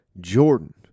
Jordan